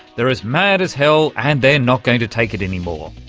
they're as mad as hell and they're not going to take it anymore!